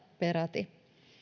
peräti